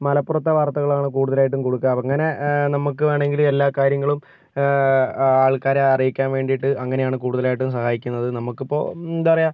മലപ്പുറത്തെ വാർത്തകളാണ് കൂടുതലായിട്ടും കൊടുക്കുക അങ്ങനെ നമുക്ക് വേണമെങ്കില് എല്ലാ കാര്യങ്ങളും ആൾക്കാരെ അറിയിക്കാൻ വേണ്ടിട്ട് അങ്ങനെയാണ് കൂടുതലായിട്ടും സഹായിക്കുന്നത് അത് നമുക്കിപ്പോൾ എന്താ പറയുക